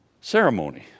ceremony